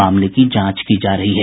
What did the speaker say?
मामले की जांच की जा रही है